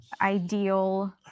ideal